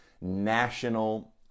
National